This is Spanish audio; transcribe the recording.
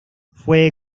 fue